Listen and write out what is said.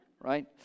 right